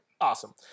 awesome